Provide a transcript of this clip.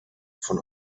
von